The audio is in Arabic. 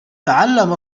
تعلم